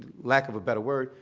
lack of a better word,